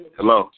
Hello